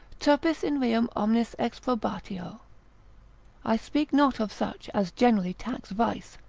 turpis in reum omnis exprobratio i speak not of such as generally tax vice,